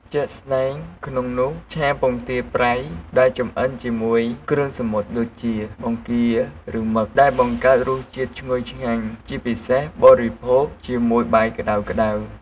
ជាក់ស្ដែងក្នុងនោះ ឆាពងទាប្រៃ ដែលចម្អិនជាមួយគ្រឿងសមុទ្រដូចជា បង្គា ឬមឹក ដែលបង្កើតរសជាតិឈ្ងុយឆ្ងាញ់ ជាពិសេស បរិភោគជាមួយបាយក្ដៅៗ។